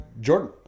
Jordan